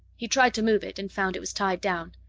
he tried to move it and found it was tied down.